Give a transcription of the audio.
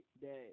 day